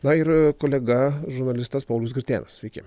na ir kolega žurnalistas paulius gritėnas sveiki